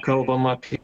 kalbam apie